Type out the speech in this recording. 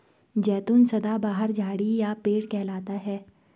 जैतून सदाबहार झाड़ी या पेड़ कहलाता है